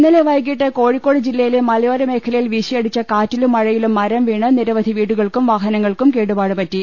ഇന്നലെ വൈകീട്ട് കോഴിക്കോട് ജില്ലയിലെ മലയോര മേഖല യിൽ വീശിയടിച്ച കാറ്റിലും മഴയിലും മരം വീണ് നിരവധി വീടു കൾക്കും വാഹനങ്ങൾക്കും കേടുപാട് പറ്റി